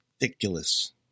Ridiculous